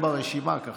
חבריי חברי הכנסת,